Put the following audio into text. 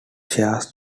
shares